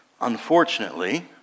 unfortunately